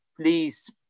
please